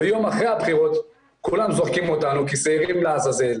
ויום אחרי הבחירות כולם זורקים אותנו כשעירים לעזאזל.